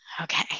okay